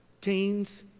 teens